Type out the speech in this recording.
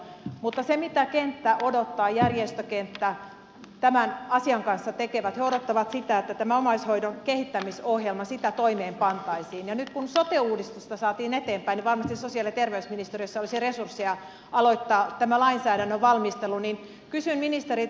mutta se mitä kenttä odottaa ja neste kehittää järjestökenttä tämän asian kanssa töitä tekevät odottaa sitä että tätä omaishoidon kehittämisohjelmaa toimeenpantaisiin ja nyt kun sote uudistusta saatiin eteenpäin varmasti sosiaali ja terveysministeriössä olisi resursseja aloittaa tämä lainsäädännön valmistelu ja kysyn ministeriltä